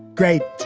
great.